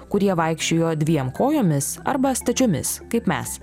kurie vaikščiojo dviem kojomis arba stačiomis kaip mes